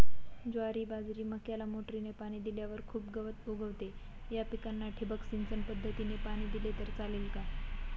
ज्वारी, बाजरी, मक्याला मोटरीने पाणी दिल्यावर खूप गवत उगवते, या पिकांना ठिबक सिंचन पद्धतीने पाणी दिले तर चालेल का?